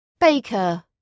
Baker